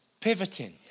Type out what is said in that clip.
pivoting